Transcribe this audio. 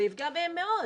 זה יפגע בהם מאוד.